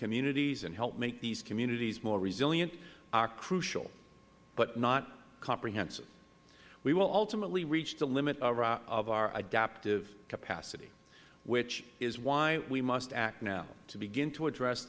communities and help make these communities more resilient are crucial but not comprehensive we will ultimately reach the limit of our adaptive capacity which is why we must act now to begin to address